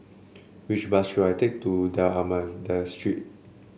which bus should I take to D'Almeida Street